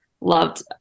loved